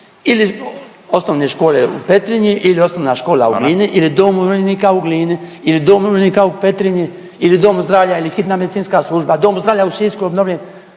ili osnovne škole u Petrinji ili osnovna škola u Glini … .../Upadica: Hvala./... ili dom umirovljenika u Glini ili dom umirovljenika u Petrinji ili dom zdravlja ili hitna medicinska služba, dom zdravlja u Sisku obnovljen.